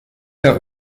der